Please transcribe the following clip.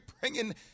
bringing